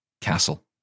Castle